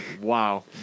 wow